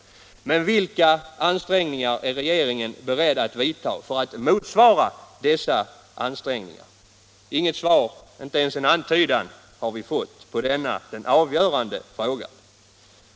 Men vilka ansträngningar är regeringen beredd att göra som svar på dessa insatser? Inte ett svar, inte ens en antydan till besked har vi fått i denna avgörande fråga.